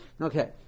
Okay